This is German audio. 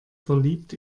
verliebt